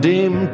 Dem